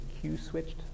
Q-switched